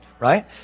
Right